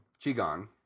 qigong